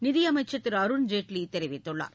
நிதியமைச்சர் திரு அருண்ஜேட்லி தெரிவித்துள்ளார்